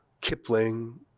Kipling